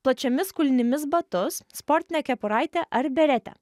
plačiomis kulnimis batus sportinę kepuraitę ar beretę